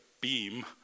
beam